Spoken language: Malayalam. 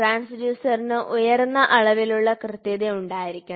ട്രാൻസ്ഡ്യൂസറിന് ഉയർന്ന അളവിലുള്ള കൃത്യത ഉണ്ടായിരിക്കണം